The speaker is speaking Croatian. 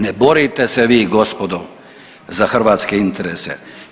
Ne borite se vi gospodo na hrvatske interese.